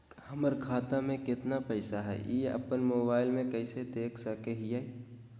हमर खाता में केतना पैसा हई, ई अपन मोबाईल में कैसे देख सके हियई?